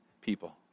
people